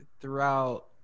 throughout